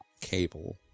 cable